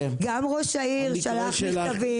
גם ראש העיר שלח מכתבים.